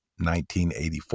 1984